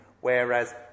whereas